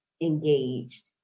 engaged